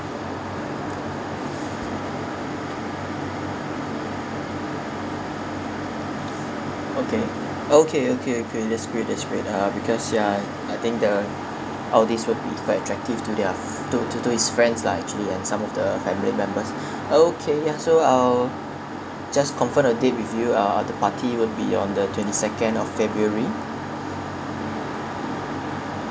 okay okay okay okay that's great that's great uh because ya I think the all these will be quite attractive to their fr~ to to to his friends lah actually and some of the family members okay ya so I'll just confirm a date with you ah the party will be on the twenty second of february